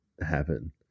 happen